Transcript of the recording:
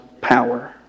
power